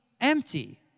empty